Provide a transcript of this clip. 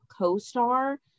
co-star